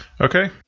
Okay